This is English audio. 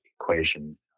equation